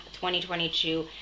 2022